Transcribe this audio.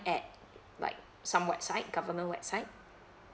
at like some website government website